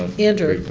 um andrew